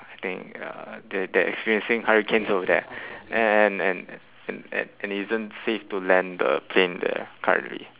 I think uh they they're experiencing hurricanes over there and and and and and it isn't safe to land the plane there currently